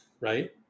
right